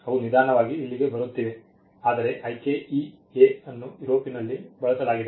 ಅವು ನಿಧಾನವಾಗಿ ಇಲ್ಲಿಗೆ ಬರುತ್ತಿವೆ ಆದರೆ IKEA ಅನ್ನು ಯುರೋಪಿನಲ್ಲಿ ಬಳಸಲಾಗಿದೆ